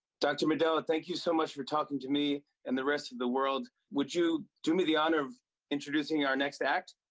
dr. madela, thank you so much for talking to me and the rest of the world. would you do me the honor of introducing our next act?